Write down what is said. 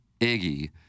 Iggy